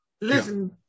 Listen